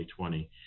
2020